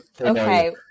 Okay